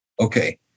Okay